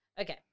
Okay